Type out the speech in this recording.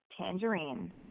Tangerine